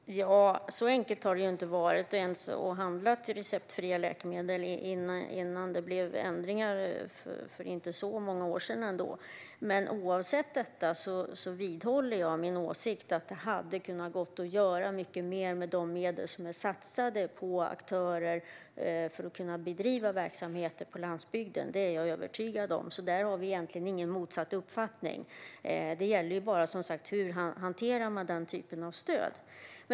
Fru talman! Så enkelt var det inte att handla receptfria läkemedel innan det för inte så många år sedan blev ändringar. Oavsett detta vidhåller jag min åsikt att det hade kunnat gå att göra mycket mer med de medel som är satsade på aktörer för att de ska kunna bedriva verksamheter på landsbygden. Det är jag övertygad om, så där har vi egentligen ingen motsatt uppfattning. Det gäller som sagt bara hur man hanterar den typen av stöd.